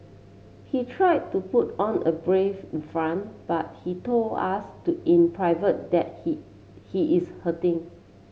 he try to put on a brave front but he told us to in private that he he is hurting